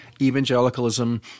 evangelicalism